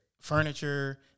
furniture